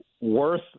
worth